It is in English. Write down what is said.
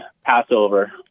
Passover